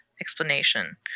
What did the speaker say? explanation